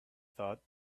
thought